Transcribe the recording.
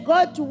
God